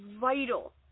vital